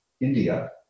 India